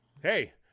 Hey